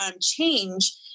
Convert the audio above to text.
change